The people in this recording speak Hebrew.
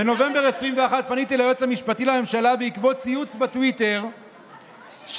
בנובמבר 2021 פניתי ליועץ המשפטי לממשלה בעקבות ציוץ בטוויטר שכתב